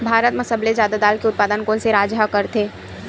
भारत मा सबले जादा दाल के उत्पादन कोन से राज्य हा करथे?